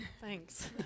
thanks